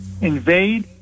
invade